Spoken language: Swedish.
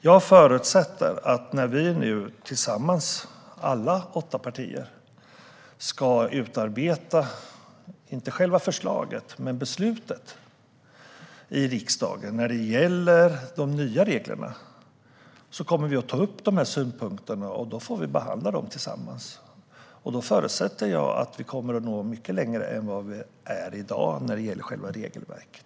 Jag förutsätter att vi kommer att ta upp de här synpunkterna när vi nu tillsammans, alla åtta partier, ska utarbeta inte själva förslaget men beslutet i riksdagen när det gäller de nya reglerna. Då får vi behandla synpunkterna tillsammans. Då förutsätter jag att vi kommer att nå mycket längre än vad vi gör i dag när det gäller själva regelverket.